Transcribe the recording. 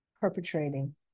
perpetrating